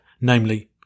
namely